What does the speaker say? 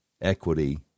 equity